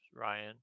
Ryan